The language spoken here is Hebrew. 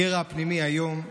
הקרע הפנימי איום,